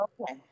Okay